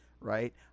Right